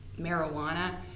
marijuana